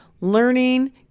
learning